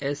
S